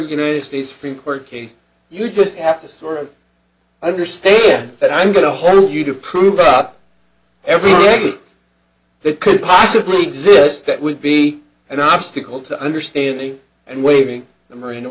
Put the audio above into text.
united states finkler case you just have to sort of understand that i'm going to hold you to prove up every week that could possibly exist that would be an obstacle to understanding and waiving the marin